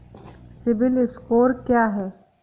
CIBIL score क्या है?